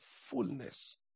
fullness